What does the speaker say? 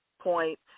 point